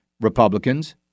Republicans